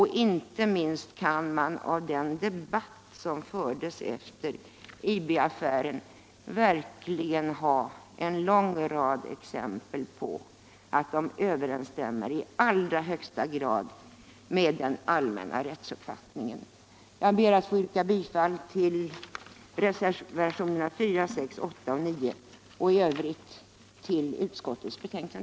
Inte minst ger den debatt som förts efter IB affären verkligen en lång rad exempel på att dessa förslag i alla högsta grad överensstämmer med den allmänna rättsuppfattningen. Jag ber att få yrka bifall till reservationerna 4, 6, 8 och 9 och i övrigt till utskottets hemställan.